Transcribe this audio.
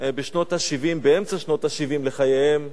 באמצע שנות ה-70 לחייהם.